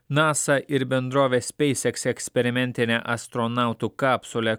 nasa ir bendrovės spacex eksperimentinė astronautų kapsulė